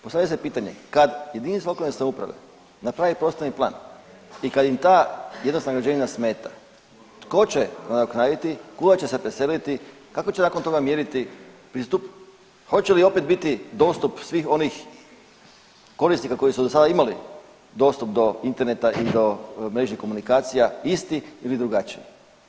Postavlja se pitanje kad jedinice lokalne samouprave naprave prostorni plan i kad im ta jednostavna građevina smeta tko će nadoknaditi, koga će se preseliti, kako će nakon toga mjeriti pristup, hoće li opet biti dostup svih onih korisnika koji su do sada imali dostup do interneta i do mrežnih komunikacija istih ili drugačijih.